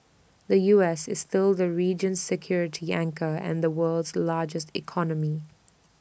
the U S is still the region's security anchor and the world's largest economy